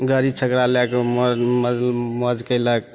गाड़ी छकड़ा लैके मौ मौज कएलक